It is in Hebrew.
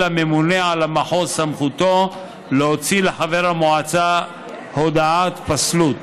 הממונה על המחוז את סמכותו להוציא לחבר המועצה הודעת פסלות,